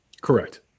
correct